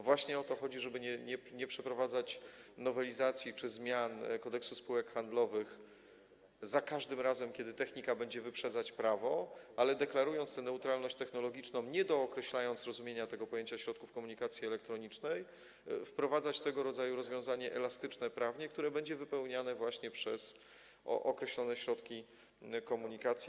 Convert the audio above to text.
Właśnie o to chodzi, żeby nie przeprowadzać nowelizacji czy zmian Kodeksu spółek handlowych za każdym razem, kiedy technika będzie wyprzedzać prawo, ale deklarując tę neutralność technologiczną, nie dookreślając rozumienia pojęcia środków komunikacji elektronicznej, wprowadzać tego rodzaju rozwiązanie prawnie elastyczne, które będzie wypełniane właśnie przez określone środki komunikacji.